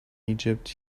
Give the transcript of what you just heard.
egypt